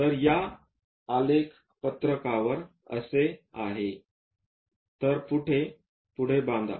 तर या आलेख पत्रकावर असे आहे तर पुढे बांधा